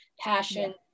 passion